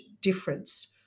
difference